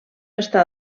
està